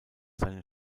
seine